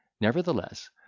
Nevertheless